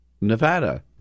Nevada